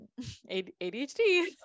ADHD